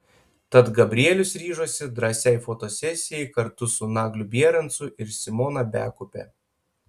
tad gabrielius ryžosi drąsiai fotosesijai kartu su nagliu bierancu ir simona bekupe